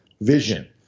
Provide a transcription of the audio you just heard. Vision